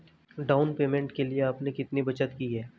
Down payment के लिए आपने कितनी बचत की है?